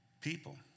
people